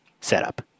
setup